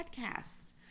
podcasts